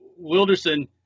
wilderson